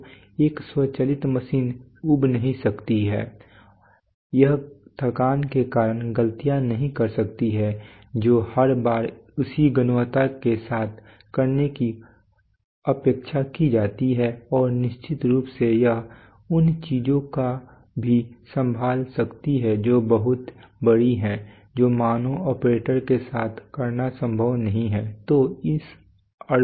तो एक स्वचालित मशीन ऊब नहीं सकती है यह थकान के कारण गलतियाँ नहीं कर सकती है जो हर बार उसी गुणवत्ता के साथ करने की अपेक्षा की जाती है और निश्चित रूप से यह उन चीजों को भी संभाल सकती है जो बहुत बड़ी हैं जो मानव ऑपरेटरों के साथ करना संभव नहीं है